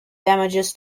damages